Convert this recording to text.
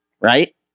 right